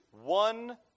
one